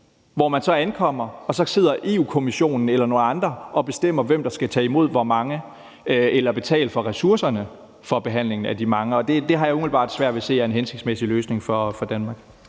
Så ankommer man, og så sidder Europa-Kommissionen eller nogle andre og bestemmer, hvem der skal tage imod hvor mange eller betale for ressourcerne for behandlingen af de mange. Og det har jeg umiddelbart svært ved at se er en hensigtsmæssig løsning for Danmark.